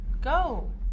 Go